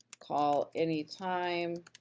call anytime.